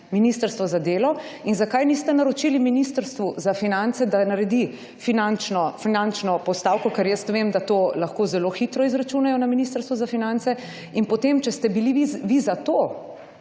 Ministrstvo za delo in zakaj niste naročili Ministrstvu za finance, da naredi finančno postavko, ker jaz vem, da to lahko zelo hitro izračunajo na Ministrstvu za finance in potem, če ste bili vi za to,